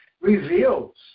reveals